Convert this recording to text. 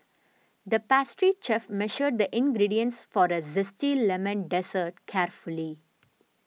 the pastry chef measured the ingredients for a Zesty Lemon Dessert carefully